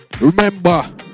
remember